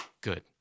Good